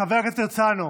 חבר הכנסת הרצנו,